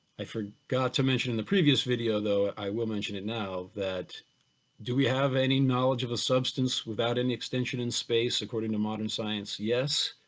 i forgot to mention in the previous video though, i will mention it now, that do we have any knowledge of a substance without any extension in space according to modern science? yes,